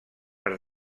per